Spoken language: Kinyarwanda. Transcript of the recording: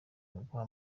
uguha